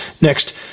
Next